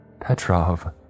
Petrov